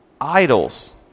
Idols